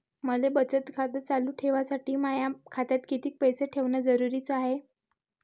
मले बचत खातं चालू ठेवासाठी माया खात्यात कितीक पैसे ठेवण जरुरीच हाय?